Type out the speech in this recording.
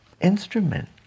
instrument